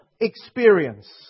experience